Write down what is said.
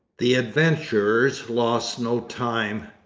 the adventurers lost no time.